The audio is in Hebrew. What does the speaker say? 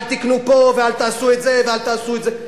אל תקנו פה ואל תעשו את זה ואל תעשו את זה,